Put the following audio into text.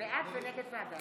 בעד ונגד ועדה.